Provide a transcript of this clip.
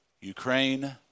Ukraine